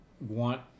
want